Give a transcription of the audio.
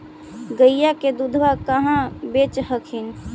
गईया के दूधबा कहा बेच हखिन?